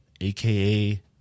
aka